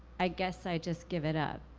i guess i just give it up.